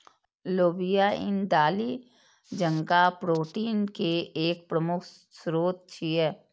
लोबिया ईन दालि जकां प्रोटीन के एक प्रमुख स्रोत छियै